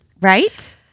Right